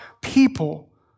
people